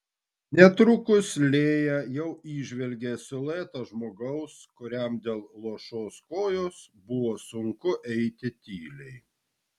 netrukus lėja jau įžvelgė siluetą žmogaus kuriam dėl luošos kojos buvo sunku eiti tyliai